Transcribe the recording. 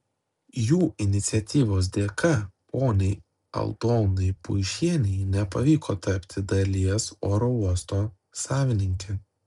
jų iniciatyvos dėka poniai aldonai puišienei nepavyko tapti dalies oro uosto savininke